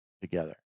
together